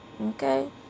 Okay